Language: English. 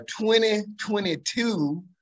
2022